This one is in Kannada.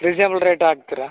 ರಿಜ್ನೆಬಲ್ ರೇಟ್ ಹಾಕ್ತಿರಾ